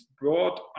brought